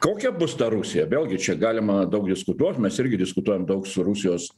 kokia bus ta rusija vėlgi čia galima daug diskutuot mes irgi diskutuojam daug su rusijos